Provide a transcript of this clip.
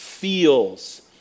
feels